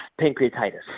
Pancreatitis